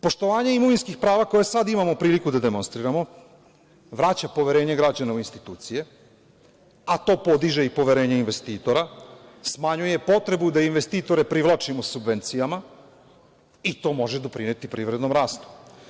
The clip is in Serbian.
Poštovanje imovinskih prava koja sad imamo priliku da demonstriramo vraća poverenje građana u institucije, a to podiže i poverenje investitora, smanjuje potrebu da investitore privlačimo subvencijama, i to može doprineti privrednom rastu.